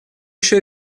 еще